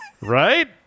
Right